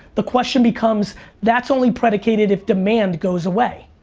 the question becomes that's only predicated if demand goes away.